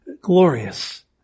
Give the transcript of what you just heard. glorious